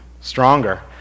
stronger